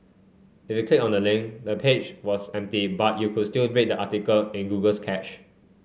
if you click on the link the page was empty but you could still read the article in Google's cache